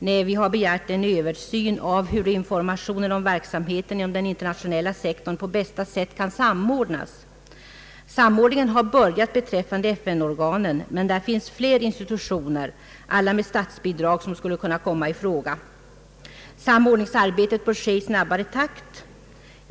Nej, vi har begärt en översyn av hur informationen om verksamheten inom den internationella sektorn på bästa sätt kan samordnas. Samordningen har börjat beträffande FN-organen. Men det finns fler institutioner — alla med statsbidrag — som skulle kunna komma i fråga. Samordningsarbetet bör ske i snabbare takt.